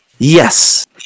Yes